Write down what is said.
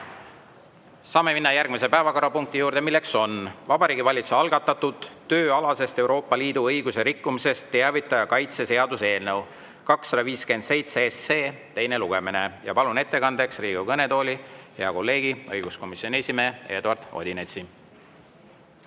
Saame minna järgmise päevakorrapunkti juurde, milleks on Vabariigi Valitsuse algatatud tööalasest Euroopa Liidu õiguse rikkumisest teavitaja kaitse seaduse eelnõu 257 teine lugemine. Palun ettekandeks Riigikogu kõnetooli hea kolleegi, õiguskomisjoni esimehe Eduard Odinetsi.